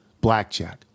blackjack